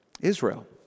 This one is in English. Israel